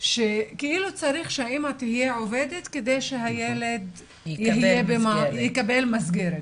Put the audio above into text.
שכאילו צריך שהאימא תהיה עובדת כדי שהילד יקבל מסגרת.